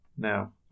now